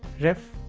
ref